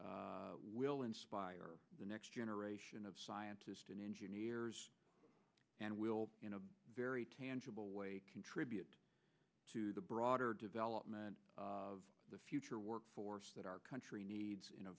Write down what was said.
will inspire the next generation of scientists and engineers and will in a very tangible way contribute to the broader development of the future workforce that our country needs in a